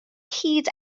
cyd